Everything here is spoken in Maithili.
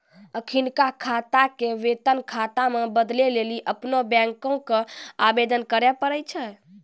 अखिनका खाता के वेतन खाता मे बदलै लेली अपनो बैंको के आवेदन करे पड़ै छै